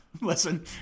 Listen